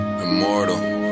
Immortal